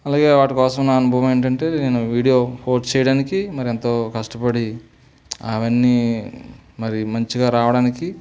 అలాగే వాటికోసం నా అనుభవం ఏంటంటే వీడియో పోస్ట్ చెయ్యడానికి మరి ఎంతో కష్టపడి అవన్నీ మరి మంచిగా రావడానికి